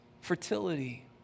fertility